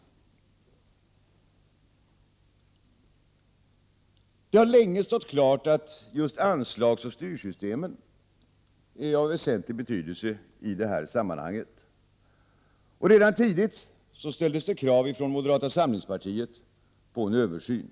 Det har länge stått klart att just styroch anslagssystemen är av väsentlig betydelse i det här sammanhanget. Redan tidigt ställdes det krav från moderata samlingspartiet på en översyn.